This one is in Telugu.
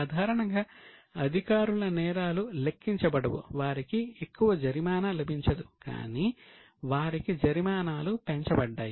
సాధారణంగా అధికారుల నేరాలు లెక్కించబడవు వారికి ఎక్కువ జరిమానా లభించదు కాని వారికి జరిమానాలు పెంచబడ్డాయి